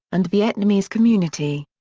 and vietnamese community.